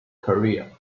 career